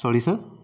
sorry sir